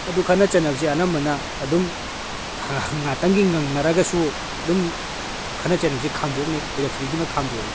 ꯑꯗꯨ ꯈꯠꯅ ꯆꯩꯅꯕꯁꯦ ꯑꯅꯝꯕꯅ ꯑꯗꯨꯝ ꯉꯥꯏꯍꯥꯛꯇꯪꯒꯤ ꯉꯪꯅꯔꯒꯁꯨ ꯑꯗꯨꯝ ꯈꯠꯅ ꯆꯩꯅꯕꯁꯦ ꯈꯥꯝꯗꯣꯛꯅꯩ ꯔꯦꯐ꯭ꯔꯤꯗꯨꯅ ꯈꯥꯝꯗꯣꯛꯏ